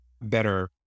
better